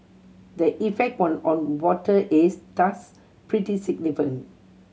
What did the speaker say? the effect on on water is thus pretty significant